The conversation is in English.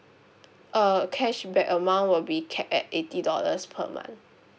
uh cashback amount will be capped at eighty dollars per month